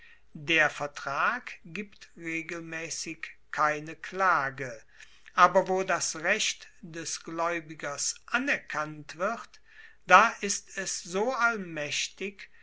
der vertrag gibt regelmaessig keine klage aber wo das recht des glaeubigers anerkannt wird da ist es so allmaechtig